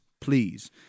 please